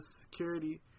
security